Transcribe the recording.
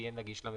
ויהיה נגיש למפקח.